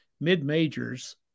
mid-majors